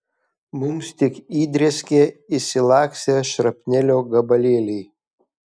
mums tik įdrėskė išsilakstę šrapnelio gabalėliai